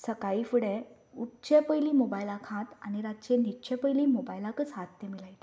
सकाळी फुडें उठचे पयलीं मोबायलाक हात आनी रातचे न्हिदचे पयलीं मोबायलाकूच हात तांचे आसतात